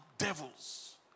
devils